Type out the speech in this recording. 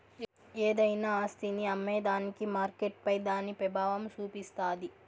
ఏదైనా ఆస్తిని అమ్మేదానికి మార్కెట్పై దాని పెబావం సూపిస్తాది